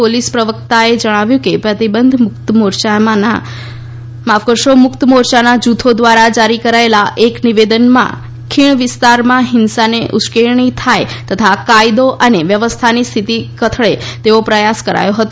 police પ્રવક્તાએ જણાવ્યું કે પ્રતિબંધિત મુક્તિમોરયાનાં જૂથી દ્વારા જારી કરાયેલા એક નિવેદનમાં ખીણવિસ્તારમાં હિંસાને ઉશ્કેરણી થાય તથા કાયદો અને વ્યવસ્થાની સ્થિતિ કથળે તેવો પ્રયાસ કરાયો હતો